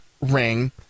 ring